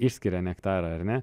išskiria nektarą ar ne